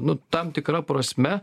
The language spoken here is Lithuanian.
nu tam tikra prasme